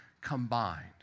combined